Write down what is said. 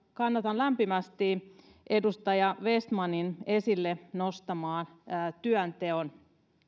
kannatan lämpimästi edustaja vestmanin esille nostamaa työnteon